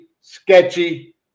Sketchy